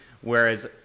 Whereas